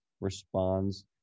responds